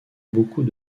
beaucoup